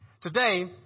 Today